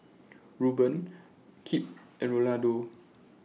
Rueben Kip and Rolando